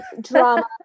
drama